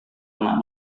anak